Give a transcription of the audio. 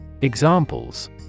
Examples